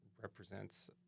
represents